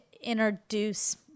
introduce